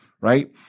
right